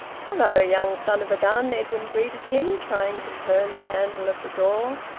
hello, young son of a gun! edwin greeted him, trying to turn the handle of the door.